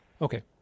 Okay